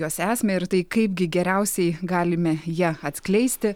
jos esmę ir tai kaipgi geriausiai galime ja atskleisti